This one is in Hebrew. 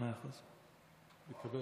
סימון מושיאשוילי (ש"ס): מתקבל.